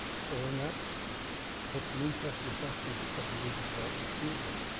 then that puts an interesting question to subdivision development appeal board